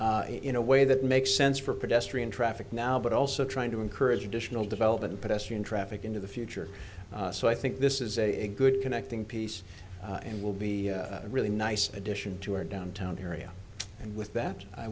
in a way that makes sense for pedestrian traffic now but also trying to encourage additional development pedestrian traffic into the future so i think this is a good connecting piece and will be a really nice addition to our downtown area and with that i